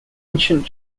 ancient